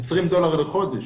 20 דולר לחודש.